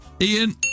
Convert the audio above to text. Ian